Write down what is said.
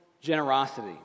Generosity